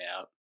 out